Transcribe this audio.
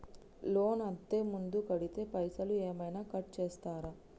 Loan అత్తే ముందే కడితే పైసలు ఏమైనా కట్ చేస్తరా?